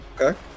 Okay